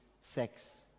sex